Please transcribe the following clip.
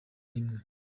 rimwe